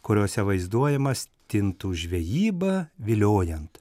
kuriose vaizduojama stintų žvejyba viliojant